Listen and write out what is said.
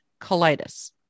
colitis